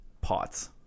pots